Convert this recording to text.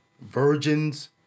virgins